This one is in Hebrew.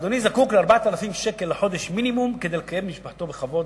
אדוני זקוק ל-4,000 שקל מינימום לחודש כדי לקיים את משפחתו בכבוד,